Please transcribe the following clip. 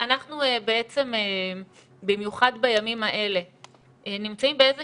אנחנו במיוחד בימים האלה נמצאים באיזה